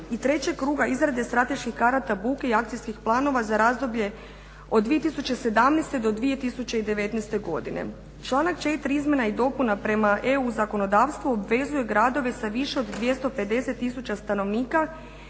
I treće kruga izrade strateških karata buke i akcijskih planova za razdoblje od 2017. do 2019. godine. Članak 4. Izmjena i dopuna prema EU zakonodavstvu obvezuje gradove sa više od 250 tisuća stanovnika